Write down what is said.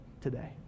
today